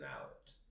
out